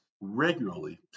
regularly